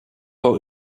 row